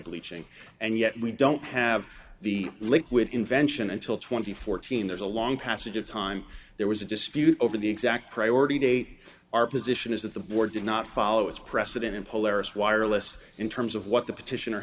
bleaching and yet we don't have the liquid invention until twenty fourteen there's a long passage of time time there was a dispute over the exact priority date our position is that the board did not follow its precedent in polaris wireless in terms of what the petition